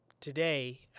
today